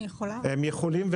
הם יכולים,